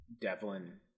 Devlin